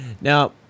Now